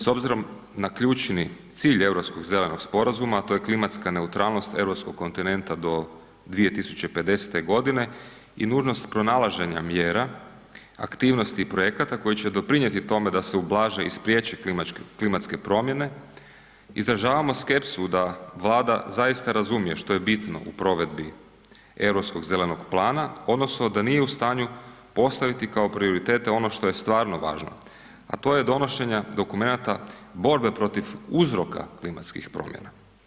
S obzirom na ključni cilj Europskog zelenog sporazuma, a to je klimatska neutralnost europskog kontinenta do 2050.g. i nužnost pronalaženja mjera, aktivnosti i projekata koji će doprinjeti tome da se ublaže i spriječe klimatske promjene, izražavamo skepsu da Vlada zaista razumije što je bitno u provedbi Europskog zelenog plana odnosno da nije u stanju postaviti kao prioritete ono što je stvarno važno, a to je donošenje dokumenata borbe protiv uzroka klimatskih promjena.